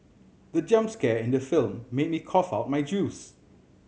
the jump scare in the film made me cough out my juice